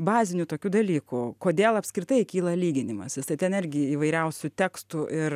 bazinių tokių dalykų kodėl apskritai kyla lyginimasis tai ten irgi įvairiausių tekstų ir